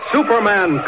Superman